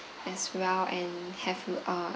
as well and have you a